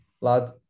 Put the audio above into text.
lad